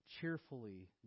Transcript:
cheerfully